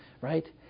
right